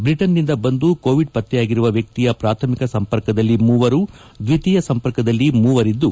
ಬ್ರಿಟನ್ನಿಂದ ಬಂದು ಕೋವಿಡ್ ಪತ್ತೆಯಾಗಿರುವ ವ್ಯಕ್ತಿಯ ಪ್ರಾಥಮಿಕ ಸಂಪರ್ಕದಲ್ಲಿ ಮೂವರು ದ್ವಿತೀಯ ಸಂಪರ್ಕದಲ್ಲಿ ಮೂವರಿದ್ದು